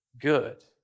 Good